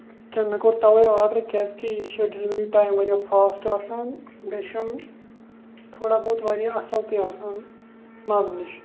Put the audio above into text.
کینٛہہ مےٚ کوٚر تَوَے آرڈر کیٛازِکہِ یہِ چھُ ڈِلؤری ٹایم واریاہ فاسٹ آسان بیٚیہِ چھِ یِم تھوڑا بہت واریاہ اَصٕل تہِ آسان مَزٕ نِش